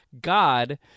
God